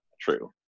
true